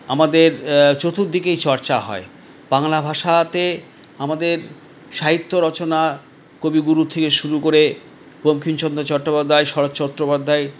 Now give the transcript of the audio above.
আমাদের চতুর্দিকেই চর্চা হয় বাংলা ভাষাতে আমাদের সাহিত্য রচনা কবিগুরু থেকে শুরু করে বঙ্কিমচন্দ্র চট্টোপাধ্যায় শরৎ চট্টোপাধ্যায়